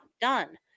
done